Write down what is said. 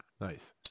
Nice